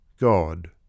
God